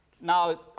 now